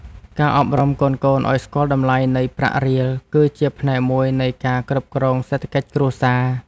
ការអប់រំកូនៗឱ្យស្គាល់តម្លៃនៃប្រាក់រៀល គឺជាផ្នែកមួយនៃការគ្រប់គ្រងសេដ្ឋកិច្ចគ្រួសារ។